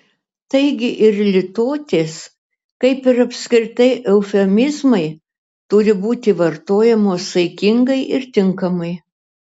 taigi ir litotės kaip ir apskritai eufemizmai turi būti vartojamos saikingai ir tinkamai